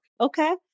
Okay